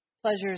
pleasures